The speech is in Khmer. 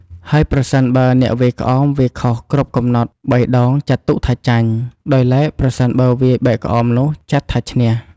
ហើយប្រសិនបើអ្នកវាយក្អមវាយខុសគ្រប់កំណត់បីដងចាត់ទុកថាចាញ់ ដោយឡែកប្រសិនបើវាយបែកក្អមនោះចាត់ថាឈ្នះ។